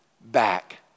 back